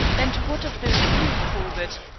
and what of the real corbett?